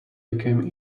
became